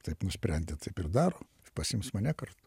taip nusprendė taip ir daro pasiims mane kartu